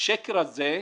השקר הזה,